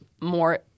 more